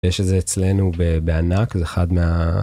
יש את זה אצלנו בענק, זה זה אחד מה...